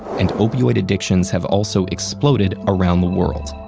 and opioid addictions have also exploded around the world.